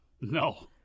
No